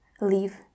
leave